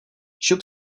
šup